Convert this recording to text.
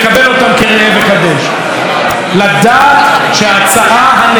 לדעת שההצעה הנדיבה ביותר שהוצעה,